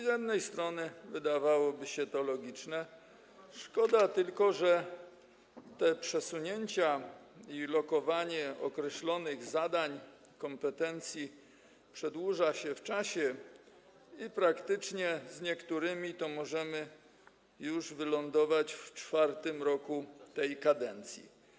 Z jednej strony wydawałoby się to logiczne, szkoda tylko, że te przesunięcia i lokowanie określonych zadań, kompetencji przedłuża się w czasie i praktycznie z niektórymi sprawami możemy wylądować w czwartym roku tej kadencji.